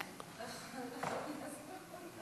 כבוד היושב-ראש חבר הכנסת בר,